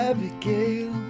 Abigail